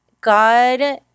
God